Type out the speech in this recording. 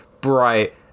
bright